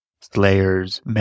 slayers